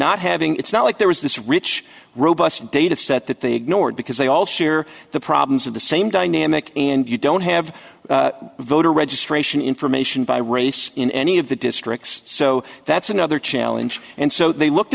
not having it's not like there was this rich robust data set that they ignored because they all share the problems of the same dynamic and you don't have voter registration information by race in any of the districts so that's another challenge and so they looked